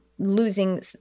losing